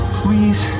please